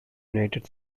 united